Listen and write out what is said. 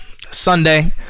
Sunday